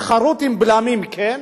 תחרות עם בלמים, כן,